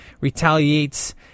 retaliates